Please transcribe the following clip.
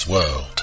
World